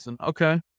Okay